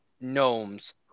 gnomes